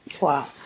Wow